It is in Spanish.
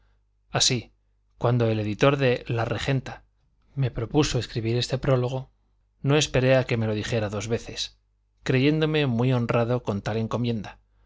así cuando el editor de la regenta me propuso escribir este prólogo no esperé a que me lo dijera dos veces creyéndome muy honrado con tal encomienda